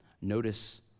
notice